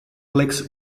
clicks